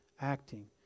acting